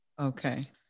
okay